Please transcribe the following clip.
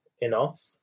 enough